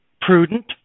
prudent